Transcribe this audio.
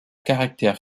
caractère